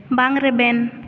ᱵᱟᱝ ᱨᱮᱵᱮᱱ